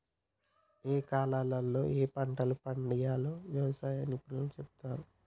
ఏయే కాలాల్లో ఏయే పంటలు పండియ్యాల్నో వ్యవసాయ నిపుణులు చెపుతారు